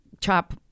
Chop